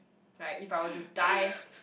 like if I were to die